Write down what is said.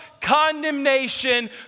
condemnation